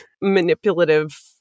Manipulative